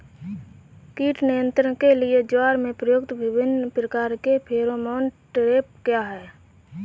कीट नियंत्रण के लिए ज्वार में प्रयुक्त विभिन्न प्रकार के फेरोमोन ट्रैप क्या है?